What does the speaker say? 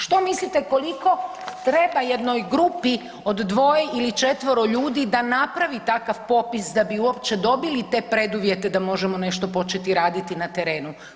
Što mislite koliko treba jednoj grupi od dvoje ili četvero ljudi da napravi takav popis da bi uopće dobili te preduvjete da možemo nešto početi raditi na terenu?